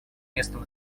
местом